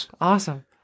Awesome